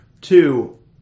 Two